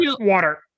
water